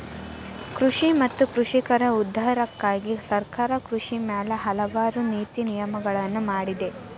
ಕೃಷಿ ಮತ್ತ ಕೃಷಿಕರ ಉದ್ಧಾರಕ್ಕಾಗಿ ಸರ್ಕಾರ ಕೃಷಿ ಮ್ಯಾಲ ಹಲವಾರು ನೇತಿ ನಿಯಮಗಳನ್ನಾ ಮಾಡಿದೆ